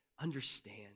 understand